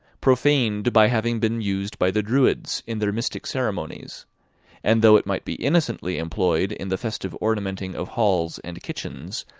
profaned by having been used by the druids in their mystic ceremonies and though it might be innocently employed in the festive ornamenting of halls and kitchens,